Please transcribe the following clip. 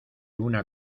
una